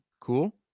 Cool